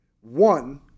one –